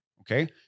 okay